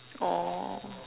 oh